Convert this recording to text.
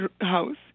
house